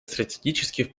стратегических